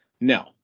No